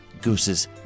Goose's